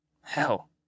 hell